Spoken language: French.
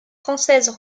françaises